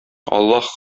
аллаһ